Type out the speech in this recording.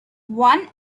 one